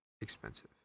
expensive